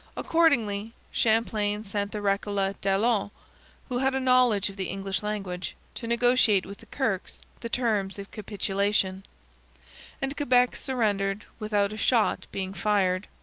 accordingly champlain sent the recollet daillon, who had a knowledge of the english language, to negotiate with the kirkes the terms of capitulation and quebec surrendered without a shot being fired.